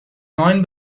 neuen